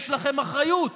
יש לכם אחריות.